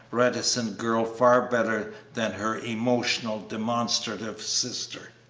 reticent girl far better than her emotional, demonstrative sister.